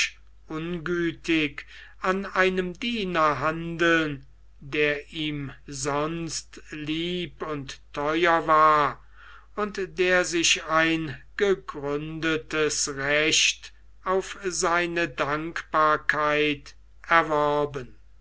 ungütig an einem diener handeln der ihm sonst lieb und theuer war und der sich ein gegründetes recht auf seine dankbarkeit erworben